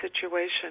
situation